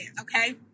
okay